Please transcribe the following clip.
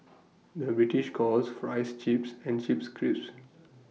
the British calls Fries Chips and Chips Crisps